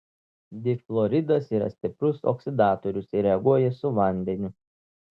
difluoridas yra stiprus oksidatorius ir reaguoja su vandeniu